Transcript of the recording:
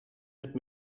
het